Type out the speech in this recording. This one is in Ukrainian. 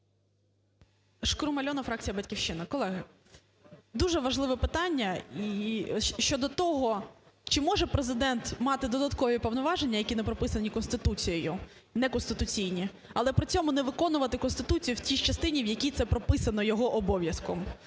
Шкрум Альона, фракція "Батьківщина". Колеги, дуже важливе питання і щодо того чи може Президент мати додаткові повноваження, які не прописані Конституцією, неконституційні, але при цьому не виконувати Конституцію в тій частині, в якій це прописано його обов'язком?